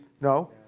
No